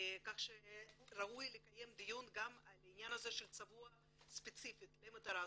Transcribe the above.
כך שראוי לקיים דיון גם לעניין הזה שזה צבוע ספציפית למטרה הזאת.